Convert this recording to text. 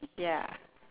ya